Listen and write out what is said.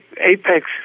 apex